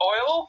Oil